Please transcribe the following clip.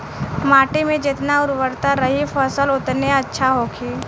माटी में जेतना उर्वरता रही फसल ओतने अच्छा होखी